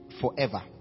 forever